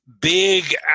big